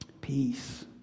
Peace